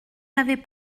n’avez